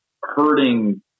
hurting